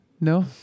No